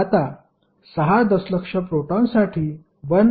आता 6 दशलक्ष प्रोटॉनसाठी 1